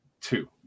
two